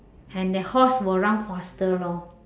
and that horse will run faster lor